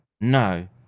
no